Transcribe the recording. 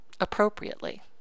appropriately